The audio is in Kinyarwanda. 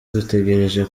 dutegereje